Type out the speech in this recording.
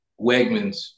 Wegmans